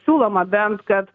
siūloma bent kad